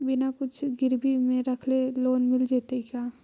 बिना कुछ गिरवी मे रखले लोन मिल जैतै का?